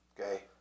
okay